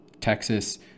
Texas